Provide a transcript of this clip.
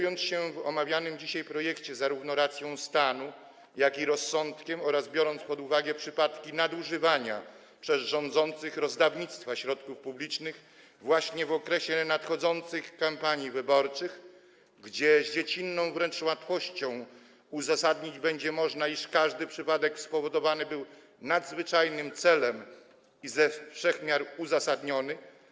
Jeśli chodzi o omawiany dzisiaj projekt, kierujemy się zarówno racją stanu, jak i rozsądkiem, biorąc pod uwagę przypadki nadużywania przez rządzących rozdawnictwa środków publicznych właśnie w okresie nadchodzących kampanii wyborczych, gdy z dziecinną wręcz łatwością będzie można uzasadnić, iż każdy przypadek spowodowany był nadzwyczajnym celem i ze wszech miar uzasadniony.